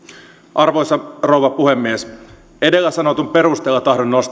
arvoisa rouva puhemies edellä sanotun perusteella